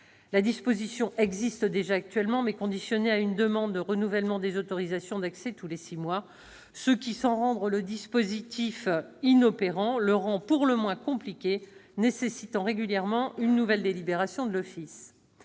disposition existe déjà actuellement, mais son application est conditionnée à une demande de renouvellement des autorisations d'accès tous les six mois, ce qui, sans rendre le dispositif inopérant, le rend pour le moins complexe à mettre en oeuvre, nécessitant régulièrement une nouvelle délibération de l'office.